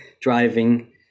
driving